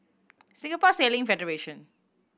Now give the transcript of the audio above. Singapore Sailing Federation